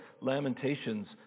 Lamentations